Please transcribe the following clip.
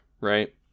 right